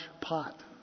pot